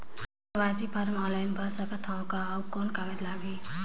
KYC form online भर सकत हवं का? अउ कौन कागज लगही?